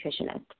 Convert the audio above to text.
nutritionist